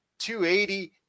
280